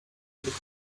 behind